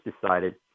decided